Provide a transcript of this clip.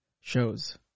shows